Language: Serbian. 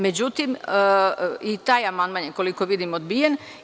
Međutim, i taj amandman je, koliko vidim, odbijen.